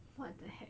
what the heck